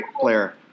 player